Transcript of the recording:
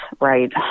right